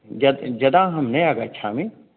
य यदा अहं न आगच्छामि